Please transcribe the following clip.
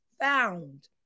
found